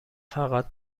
فقط